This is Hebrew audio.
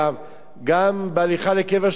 גם בהליכה לקבר שמעון הצדיק.